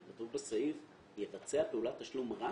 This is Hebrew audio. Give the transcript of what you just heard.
וכתוב בסעיף: יבצע פעולת תשלום רק